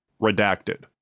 redacted